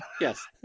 Yes